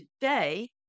today